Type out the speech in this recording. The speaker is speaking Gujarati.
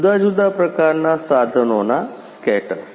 જુદા જુદા પ્રકારના સાધનો ના સ્કેટર